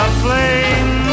Aflame